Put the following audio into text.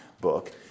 book